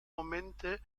momente